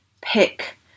pick